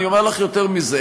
אומר לך יותר מזה,